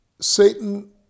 Satan